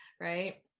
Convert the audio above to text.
right